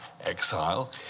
exile